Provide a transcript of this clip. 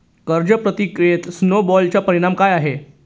कर्ज प्रक्रियेत स्नो बॉलचा परिणाम काय असतो?